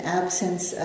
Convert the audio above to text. absence